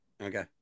Okay